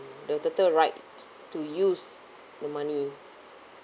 the the right to to use the money